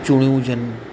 चुड़ियूं हुजनि